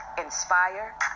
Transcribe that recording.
inspire